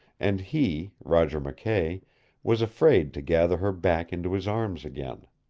and he roger mckay was afraid to gather her back into his arms again.